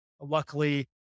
luckily